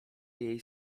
jej